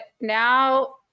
Now